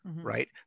right